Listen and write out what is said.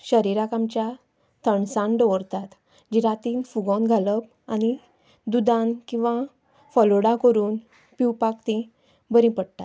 शरिराक आमच्या थणसाण दवरतात जी रातीन फुगोंक घालप आनी दुदान किंवा फलुडा करून पिवपाक तीं बरीं पडटात